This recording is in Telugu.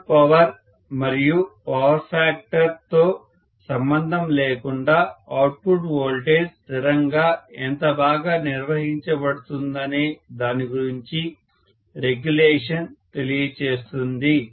లోడ్ పవర్ మరియు పవర్ ఫ్యాక్టర్ తో సంబంధం లేకుండా అవుట్పుట్ వోల్టేజ్ స్థిరంగా ఎంత బాగా నిర్వహించబడుతుందనే దాని గురించి రెగ్యులేషన్ తెలియజేస్తుంది